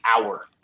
hour